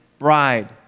bride